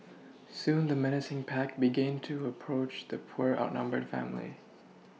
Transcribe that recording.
soon the menacing pack began to approach the poor outnumbered family